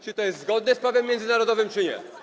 Czy to jest zgodne z prawem międzynarodowym, czy nie?